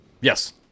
Yes